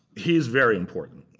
he is very important.